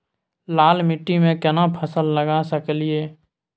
लाल माटी में केना फसल लगा सकलिए?